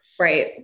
Right